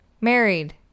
Married